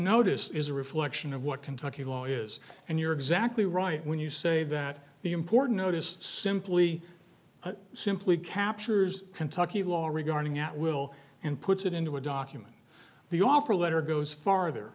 notice is a reflection of what kentucky law is and you're exactly right when you say that the important note is simply simply captures kentucky law regarding at will and puts it into a document the offer letter goes farther